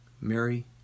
Mary